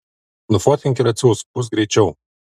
nufotkink ir atsiųsk bus greičiau